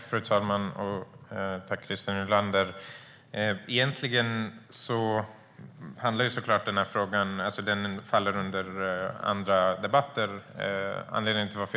Fru talman! Tack, Christer Nylander! Den här frågan hör såklart egentligen hemma i andra debatter.